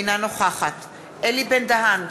אינה נוכחת אלי בן-דהן,